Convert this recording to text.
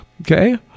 Okay